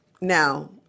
Now